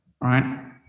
right